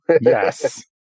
Yes